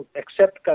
accept